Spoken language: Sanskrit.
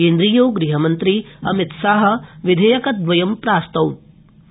केन्द्रीयो गृहमंत्री अमितशाह विधेयकद्वयं प्रास्तौत़